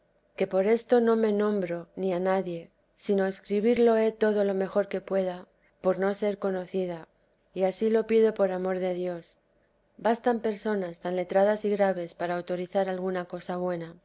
que por esto no me nombro ni anadie sino escribirlo he todo lo mejor que pueda por no ser conocida y ansí lo pido por amor de dios bastan personas tan letradas y graves para autorizar alguna cosa buena